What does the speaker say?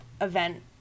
event